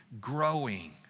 growing